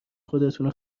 خودتونو